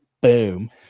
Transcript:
boom